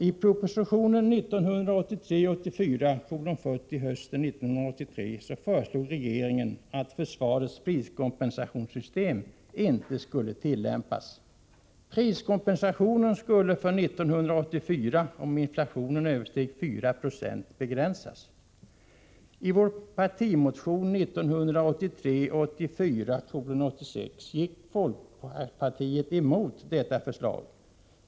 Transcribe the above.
I propositionen 1983 84:86 gick vi emot detta förslag.